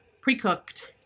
pre-cooked